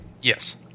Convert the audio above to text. Yes